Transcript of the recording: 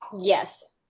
Yes